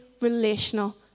relational